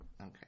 Okay